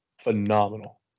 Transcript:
phenomenal